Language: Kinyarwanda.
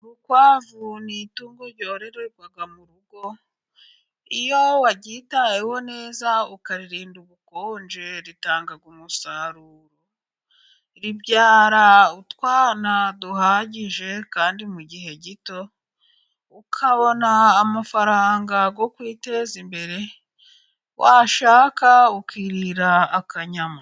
Urukwavu ni itungo ryorererwa mu rugo, iyo waryitayeho neza ukaririnda ubukonje ritanga umusaruro, ribyara utwana duhagije kandi mu gihe gito, ukabona amafaranga kuyiteza imbere washaka ukirira akanyama.